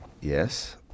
Yes